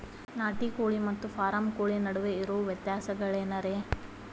ನಾಟಿ ಕೋಳಿ ಮತ್ತ ಫಾರಂ ಕೋಳಿ ನಡುವೆ ಇರೋ ವ್ಯತ್ಯಾಸಗಳೇನರೇ?